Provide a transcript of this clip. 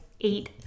eight